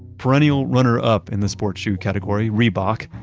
perrenial runner-up in the sports shoe category, reebok,